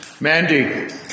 Mandy